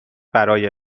برای